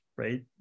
Right